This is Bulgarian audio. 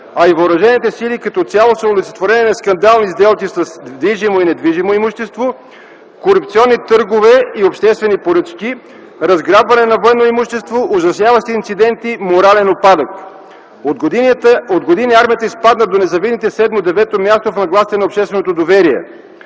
ни и въоръжените сили като цяло са олицетворение на скандални сделки с движимо и недвижимо имущество, корупционни търгове и обществени поръчки, разграбване на военно имущество, ужасяващи инциденти и морален упадък. От години армията изпадна до незавидното 7-9-о място в нагласите на общественото доверие.